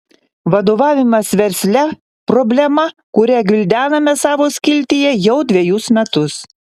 vadovavimas versle problema kurią gvildename savo skiltyje jau dvejus metus